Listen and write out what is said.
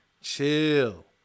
chill